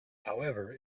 however